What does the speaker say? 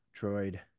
droid